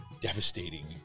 devastating